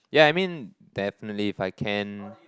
ya I mean definitely if I can